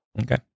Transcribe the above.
Okay